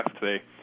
today